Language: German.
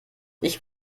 ich